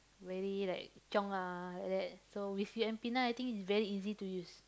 very like chiong ah like that so with U_M_P nine I think is very easy to use